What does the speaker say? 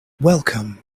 welcome